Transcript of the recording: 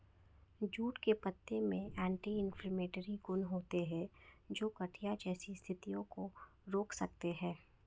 jute के पत्तों में एंटी इंफ्लेमेटरी गुण होते हैं, जो गठिया जैसी स्थितियों को रोक सकते हैं